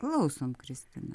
klausom kristina